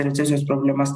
recesijos problemas